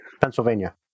Pennsylvania